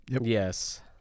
yes